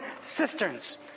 cisterns